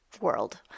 world